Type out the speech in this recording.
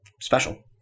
special